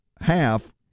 half